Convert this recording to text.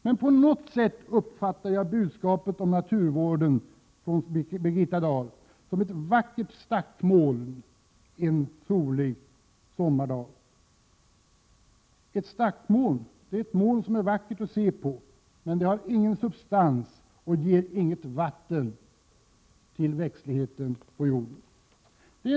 Men på något sätt uppfattar jag Birgitta Dahls budskap om naturvården som ett vackert stackmoln en solig sommardag. Ett stackmoln är ju vackert att se på, men det har ingen substans och ger inget vatten till växtligheten på jorden.